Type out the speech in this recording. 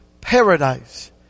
paradise